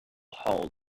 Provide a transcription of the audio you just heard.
hulled